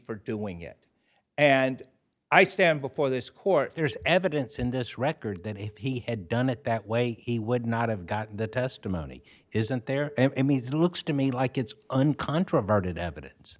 for doing it and i stand before this court there is evidence in this record that if he had done it that way he would not have gotten the testimony isn't there i mean it's looks to me like it's uncontroverted evidence